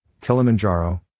Kilimanjaro